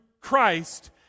Christ